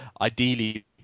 ideally